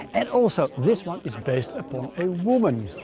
and also, this one is based upon a woman.